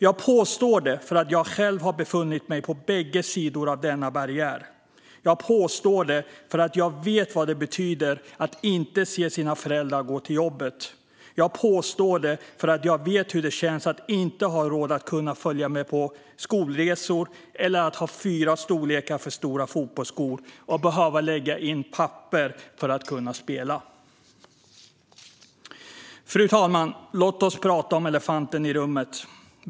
Jag påstår det för att jag själv har befunnit mig på bägge sidor av denna barriär. Jag påstår det för att jag vet vad det betyder att inte se sina föräldrar gå till jobbet. Jag påstår det för att jag vet hur det känns att inte ha råd att följa med på skolresor eller ha fyra storlekar för stora fotbollsskor och behöva lägga papper i dem för att kunna spela. Fru talman! Låt oss tala om elefanten i rummet.